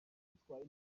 bitwaye